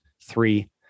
three